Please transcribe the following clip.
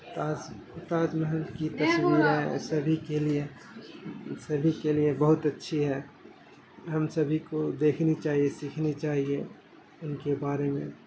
تاج تاج محل کی تصویریں سبھی کے لیے سبھی کے لیے بہت اچھی ہیں ہم سبھی کو دیکھنی چاہیے سیکھنی چاہیے ان کے بارے میں